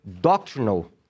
doctrinal